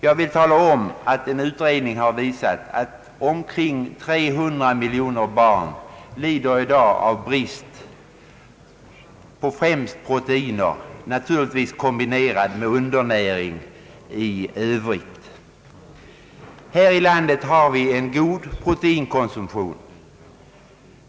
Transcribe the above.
Jag vill tala om att en utredning har visat att omkring 300 miljoner barn i dag lider brist på främst proteiner, naturligtvis kombinerat med undernäring i övrigt. Här i landet har vi en god proteinkonsumtion.